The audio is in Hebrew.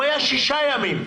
הוא היה שישה ימים.